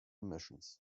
missions